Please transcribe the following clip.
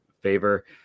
favor